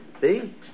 See